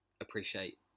appreciate